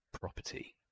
property